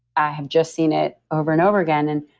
i have just seen it over and over again and